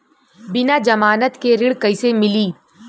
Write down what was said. बिना जमानत के ऋण कईसे मिली?